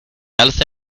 alce